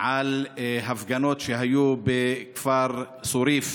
על הפגנות שהיו בכפר סוריף